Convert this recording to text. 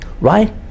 Right